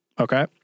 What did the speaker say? Okay